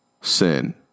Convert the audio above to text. sin